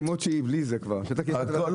בטח באותם מקומות שבהם סובלים מעומס ומפגיעה כלכלית